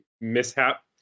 mishap